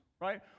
right